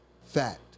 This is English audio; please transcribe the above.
fact